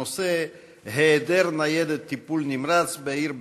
הנושא: היעדר ניידת טיפול נמרץ בעיר ביתר-עילית.